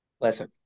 listen